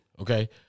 Okay